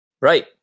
Right